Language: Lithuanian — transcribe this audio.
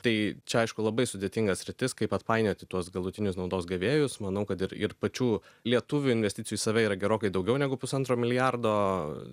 tai čia aišku labai sudėtinga sritis kaip atpainioti tuos galutinius naudos gavėjus manau kad ir ir pačių lietuvių investicijų į save yra gerokai daugiau negu pusantro milijardo